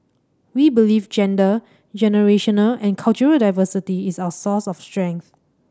we believe gender generational and cultural diversity is our source of strength